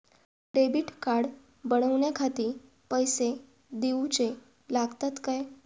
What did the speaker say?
Debit card बनवण्याखाती पैसे दिऊचे लागतात काय?